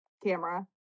camera